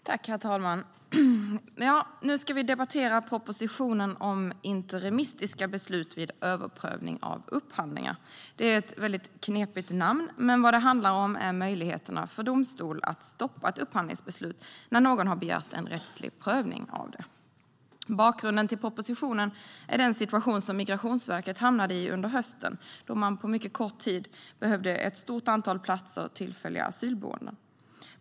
Herr talman! Nu ska vi debattera propositionen om interimistiska beslut vid överprövning av upphandlingar. Det är ett knepigt namn. Vad det handlar om är möjligheterna för domstol att stoppa ett upphandlingsbeslut när någon har begärt rättslig prövning av det. Bakgrunden till propositionen är den situation som Migrationsverket hamnade i under hösten, då man på mycket kort tid behövde ett stort antal platser för tillfälliga asylboenden.